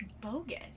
bogus